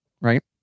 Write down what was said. right